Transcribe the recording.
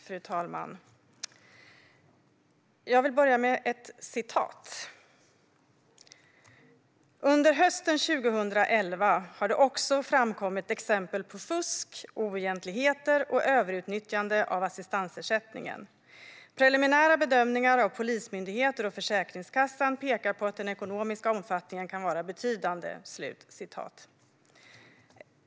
Fru talman! Jag vill börja med ett citat: "Under hösten 2010 har det också framkommit exempel på fusk, oegentligheter och överutnyttjande av assistansersättningen. Preliminära bedömningar av polismyndigheter och Försäkringskassan pekar på att den ekonomiska omfattningen kan vara betydande."